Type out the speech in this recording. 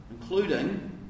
including